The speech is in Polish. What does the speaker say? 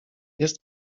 jest